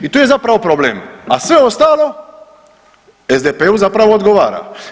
I tu je zapravo problem, a sve ostalo SDP-u zapravo odgovara.